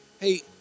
hey